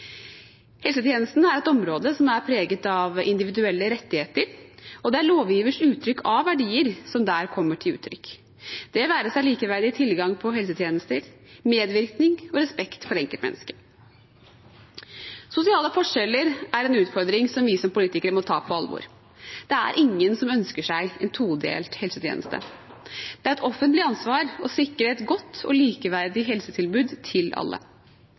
Helsetjenesten er et område som er preget av individuelle rettigheter, og det er lovgivers uttrykk av verdier som der kommer til uttrykk – det være seg likeverdig tilgang på helsetjenester, medvirkning og respekt for enkeltmennesket. Sosiale forskjeller er en utfordring som vi som politikere må ta på alvor. Det er ingen som ønsker seg en todelt helsetjeneste. Det er et offentlig ansvar å sikre et godt og likeverdig helsetilbud til alle.